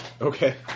Okay